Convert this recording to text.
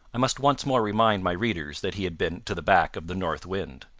i must once more remind my readers that he had been to the back of the north wind.